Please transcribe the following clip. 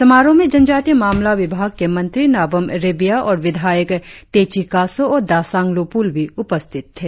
समारोह में जनजातीय मामला विभाग के मंत्री नाबम रेबिया और विद्यायक तेची कासों और दासांग्लु पुल भी उपस्थित थे